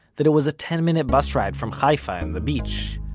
that it was a ten minute bus ride from haifa and the beach.